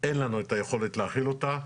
אין לנו את היכולת להכיל אותה.